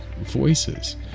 voices